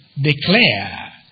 declare